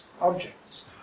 objects